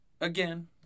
again